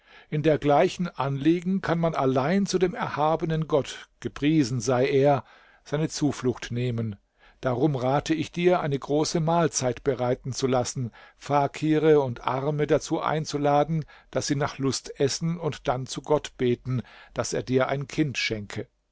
in dergleichen anliegen kann man allein zu dem erhabenen gott gepriesen sei er seine zuflucht nehmen darum rate ich dir eine große mahlzeit bereiten zu lassen fakire und arme dazu einzuladen daß sie nach lust essen und dann zu gott beten daß er dir ein kind schenke